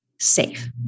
safe